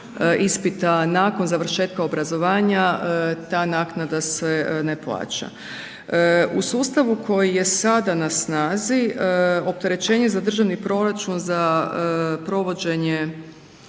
ispita nakon završetka obrazovanja, ta naknada se ne plaća. U sustavu koji je sada na snazi, opterećenje za državni proračun, za provođenje